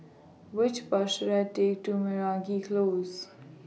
Which Bus should I Take to Meragi Close